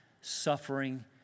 suffering